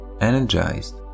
energized